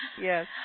Yes